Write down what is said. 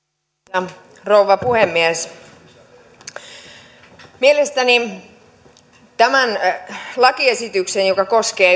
arvoisa rouva puhemies mielestäni tämän lakiesityksen joka koskee